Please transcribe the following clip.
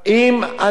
שופטים,